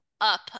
up